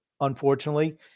unfortunately